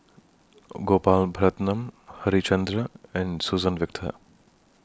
Gopal Baratham Harichandra and Suzann Victor